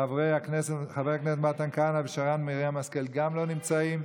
חברי הכנסת מתן כהנא ושרן מרים השכל גם הם לא נמצאים.